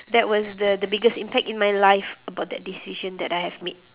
that was the the biggest impact in my life about that decision that I have made